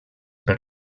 per